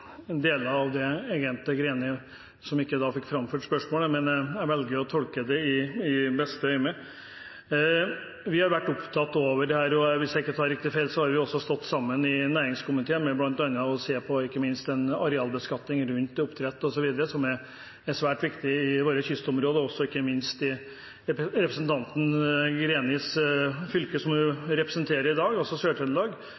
deler av innlegget til Greni, om hun ikke fikk framført spørsmålet, men jeg velger å tolke det i beste øyemed. Vi har vært opptatt av dette, og hvis jeg ikke tar helt feil, så har vi stått sammen i næringskomiteen om bl.a. å se på arealbeskatning rundt oppdrett osv., som er svært viktig i våre kystområder, også ikke minst i representantens Grenis fylke som